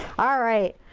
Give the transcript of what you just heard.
alright.